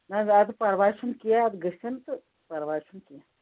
نہ زیادٕ پَرواے چھُنہٕ کینٛہہ اَتھ گٔژھِنۍ تہٕ پَرواے چھُنہٕ کینٛہہ